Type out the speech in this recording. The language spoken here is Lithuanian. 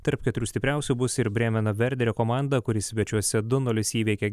tarp keturių stipriausių bus ir brėmeno verderio komanda kuri svečiuose du nulis įveikė